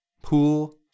pool